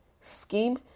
scheme